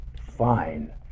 fine